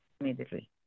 immediately